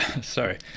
Sorry